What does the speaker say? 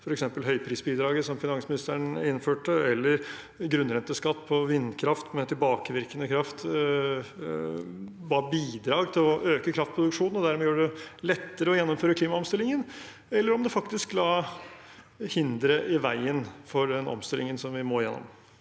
f.eks. høyprisbidraget, som finansministeren innførte, eller grunnrenteskatt på vindkraft med tilbakevirkende kraft var bidrag til å øke kraftproduksjonen og dermed gjøre det lettere å gjennomføre klimaomstillingen, eller om det faktisk la hinder i veien for den omstillingen vi må gjennom.